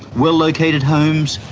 well located homes,